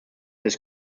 his